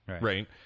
right